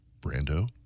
Brando